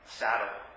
saddle